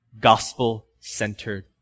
gospel-centered